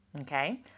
Okay